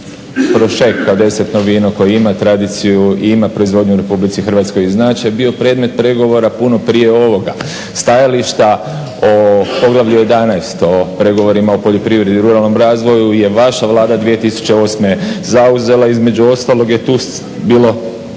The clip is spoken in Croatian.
Prošek desertno vino koje ima tradiciju i ima proizvodnju u RH … bio predmet pregovora puno prije ovoga stajališta o poglavlju 11 o pregovorima o poljoprivredi i ruralnom razvoju je vaša vlada 2008.zauzela. između ostalog je tu bilo